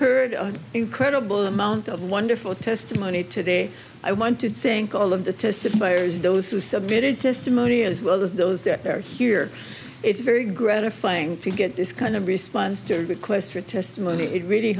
heard an incredible amount of wonderful testimony today i want to think all of the testifiers those who submitted testimony as well as those that are here it's very gratifying to get this kind of response to a request for testimony it really